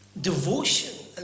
devotion